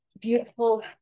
beautiful